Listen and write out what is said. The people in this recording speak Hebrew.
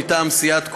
מטעם סיעת כולנו,